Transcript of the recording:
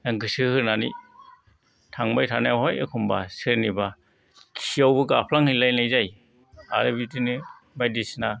गोसो होनानै थांबाय थानायावहाय एखनबा सोरनिबा खियावबो गाफ्लां हैलायनाय जायो आरो बिदिनो बायदिसिना